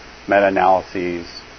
meta-analyses